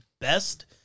best